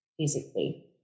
physically